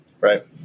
Right